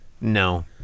No